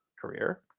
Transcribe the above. career